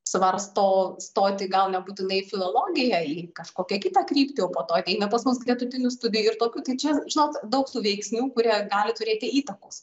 svarsto stoti gal nebūtinai filologiją į kažkokią kitą kryptį o po to ateina pas mus gretutinių studijų ir tokių tai čia žinot daug tų veiksnių kurie gali turėti įtakos